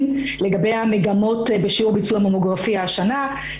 לגבי המגמות בשיעור ביצוע ממוגרפיה השנה.